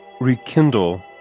Rekindle